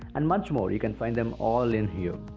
and much more, you can find them all in here.